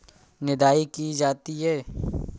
निदाई की जाती है?